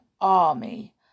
army